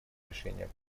решения